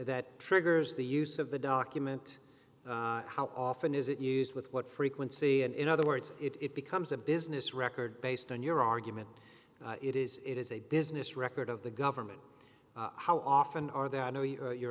that triggers the use of the document how often is it used with what frequency and in other words it becomes a business record based on your argument it is it is a business record of the government how often are they i know